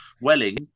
Welling